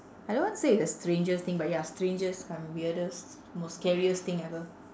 I don't want to say it's the strangest thing but ya strangest cum weirdest most scariest thing ever